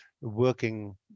working